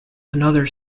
another